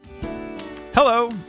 Hello